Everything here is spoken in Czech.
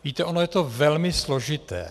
Víte, ono je to velmi složité.